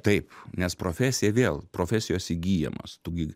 taip nes profesija vėl profesijos įgyjamos tu gi